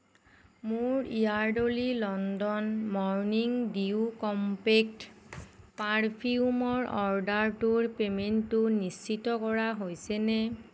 মোৰ Yardley London morning dew compact পাৰফিউমৰ অৰ্ডাৰটোৰ পে'মেণ্টটো নিশ্চিত কৰা হৈছেনে